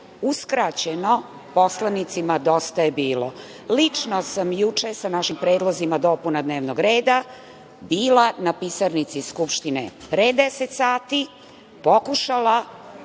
uskraćeno poslanicima Dosta je bilo. Lično sam juče, sa našim predlozima, dopuna dnevnog reda bila na pisarnici Skupštine pre 10.00 časova, pokušala